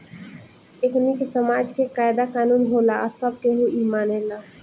एकनि के समाज के कायदा कानून होला आ सब केहू इ मानेला